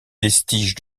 vestiges